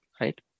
Right